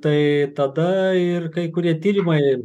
tai tada ir kai kurie tyrimai